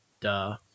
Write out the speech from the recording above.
Duh